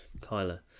Kyla